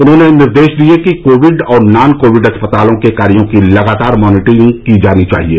उन्होंने निर्देश दिये कि कोविड और नान कोविड अस्पतालों के कार्यो की लगातार मानीटरिंग की जानी चाहिये